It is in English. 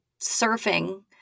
surfing